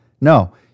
No